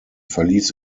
verließ